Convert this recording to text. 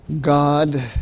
God